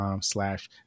slash